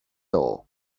all